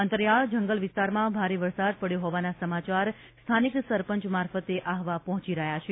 અંતરિયાળ જંગલ વિસ્તારમાં ભારે વરસાદ પડવો હોવાના સમાચાર સ્થાનિક સરપંચ મારફતે આહવા પહોંચી રહ્યાં છે